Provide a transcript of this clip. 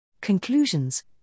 Conclusions